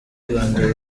rwanda